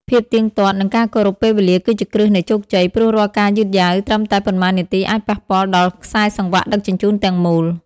ភាពទៀងទាត់ និងការគោរពពេលវេលាគឺជាគ្រឹះនៃជោគជ័យ ព្រោះរាល់ការយឺតយ៉ាវត្រឹមតែប៉ុន្មាននាទីអាចប៉ះពាល់ដល់ខ្សែសង្វាក់ដឹកជញ្ជូនទាំងមូល។